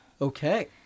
okay